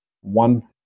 one